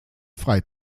frei